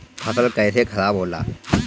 फसल कैसे खाराब होला?